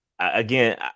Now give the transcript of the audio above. Again